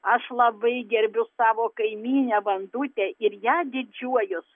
aš labai gerbiu savo kaimynę vandutę ir ja didžiuojuos